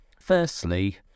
firstly